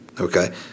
okay